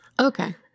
Okay